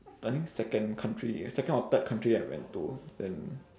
I think second country second or third country I went to then